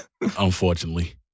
Unfortunately